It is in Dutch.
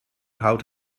houdt